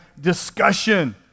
discussion